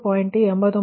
89 174